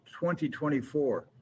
2024